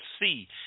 see